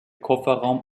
kofferraum